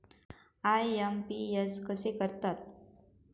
IMPS कसे करतात?